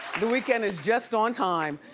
the weekend is just on time.